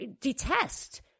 detest